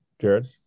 Jared